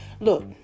Look